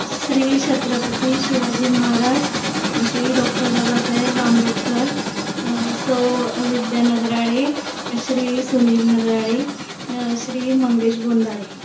Shri Chhatrapati Shivaji Maharaj Shri doctor Babasaheb Ambedkar सौ विद्या नगराळे श्री सुनीर नगराळे न श्री मंगेश बोंदाडे